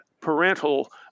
parental